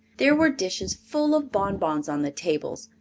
there were dishes full of bonbons on the tables,